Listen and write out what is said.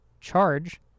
charge